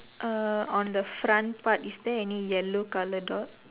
uh on the front part is there any yellow colour dot